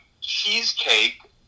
cheesecake